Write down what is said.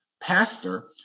pastor